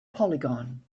polygon